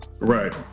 Right